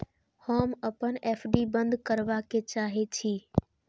हम अपन एफ.डी बंद करबा के चाहे छी